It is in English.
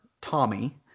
Tommy